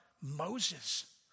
Moses